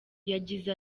yagize